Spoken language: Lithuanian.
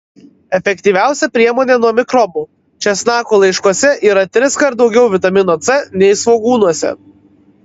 efektyviausia priemonė nuo mikrobų česnakų laiškuose yra triskart daugiau vitamino c nei svogūnuose